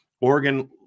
Oregon